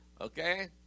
Okay